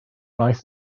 wnaeth